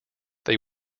they